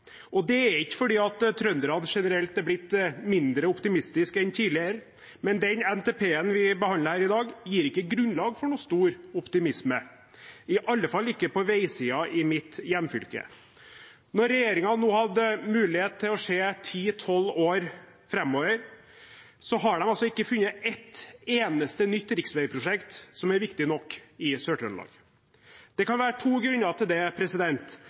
og det er ikke fordi trøndere generelt er blitt mindre optimistiske enn tidligere, men den NTP-en vi behandler i dag, gir ikke grunnlag for noen stor optimisme, i alle fall ikke på veisiden i mitt hjemfylke. Regjeringen hadde nå mulighet til å se ti–tolv år framover, men de har altså ikke funnet ett eneste nytt riksveiprosjekt som er viktig nok i Sør-Trøndelag. Det kan være to grunner til det.